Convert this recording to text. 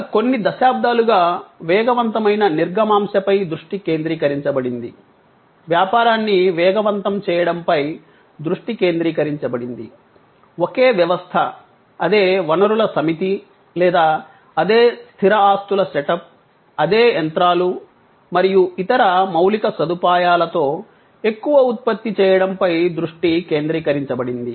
గత కొన్ని దశాబ్దాలుగా వేగవంతమైన నిర్గమాంశపై దృష్టి కేంద్రీకరించబడింది వ్యాపారాన్ని వేగవంతం చేయడంపై దృష్టి కేంద్రీకరించబడింది ఒకే వ్యవస్థ అదే వనరుల సమితి లేదా అదే స్థిర ఆస్తుల సెటప్ అదే యంత్రాలు మరియు ఇతర మౌలిక సదుపాయాలతో ఎక్కువ ఉత్పత్తి చేయడంపై దృష్టి కేంద్రీకరించబడింది